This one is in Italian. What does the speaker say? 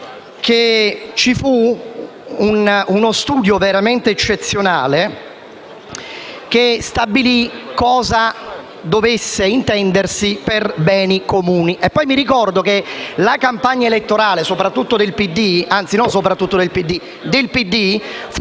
ci fu uno studio veramente eccezionale che stabilì cosa dovesse intendersi per «beni comuni». Mi ricordo anche che la campagna elettorale del